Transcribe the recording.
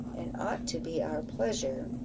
and ought to be our pleasure,